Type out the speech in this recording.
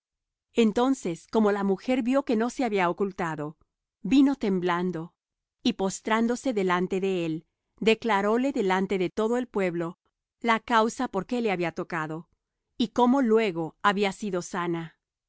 entonces como la mujer vió que no se había ocultado vino temblando y postrándose delante de él declaróle delante de todo el pueblo la causa por qué le había tocado y cómo luego había sido sana